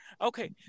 Okay